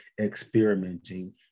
experimenting